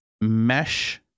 mesh